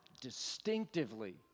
distinctively